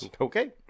Okay